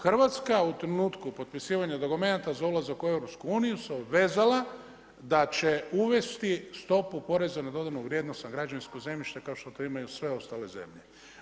Hrvatska u trenutku potpisivanja dokumenata za ulazak u EU se obvezala da će uvesti stopu poreza na dodanu vrijednost na građevinsko zemljište kao što to imaju sve ostale zemlje.